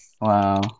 Wow